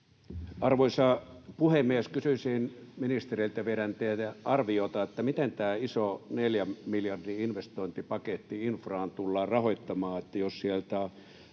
Arvoisa puhemies! Kysyisin ministeriltä vielä teidän arviotanne, miten tämä iso neljän miljardin investointipaketti infraan tullaan rahoittamaan, jos sieltä